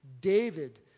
David